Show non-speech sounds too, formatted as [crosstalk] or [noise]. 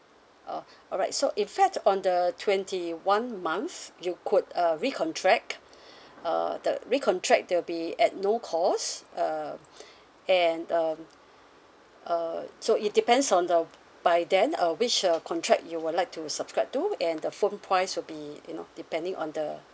uh alright so in fact on the twenty one month you could uh recontract [breath] uh the recontract there'll be at no cost um [breath] and um uh so it depends on the p~ by then uh which uh contract you would like to subscribe to and the phone price will be you know depending on the